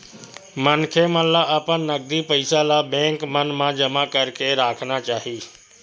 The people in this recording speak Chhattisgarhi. मनखे मन ल अपन नगदी पइया ल बेंक मन म जमा करके राखना चाही